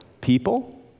people